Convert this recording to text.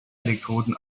elektroden